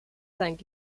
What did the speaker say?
thank